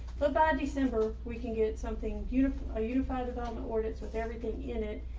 but by december, we can get something beautiful, a unified development ordinance with everything in it.